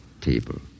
table